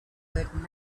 heard